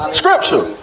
scripture